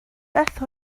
beth